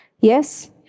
Yes